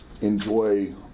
enjoy